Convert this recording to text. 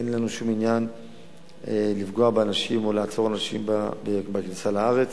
אין לנו שום עניין לפגוע באנשים או לעצור אנשים בכניסה לארץ.